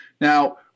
Now